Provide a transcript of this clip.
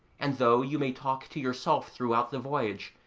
and though you may talk to yourself throughout the voyage,